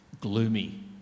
gloomy